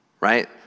right